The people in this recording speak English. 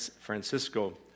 Francisco